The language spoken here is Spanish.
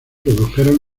produjeron